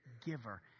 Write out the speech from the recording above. giver